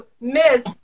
Miss